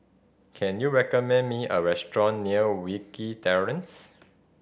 can you recommend me a restaurant near Wilkie Terrace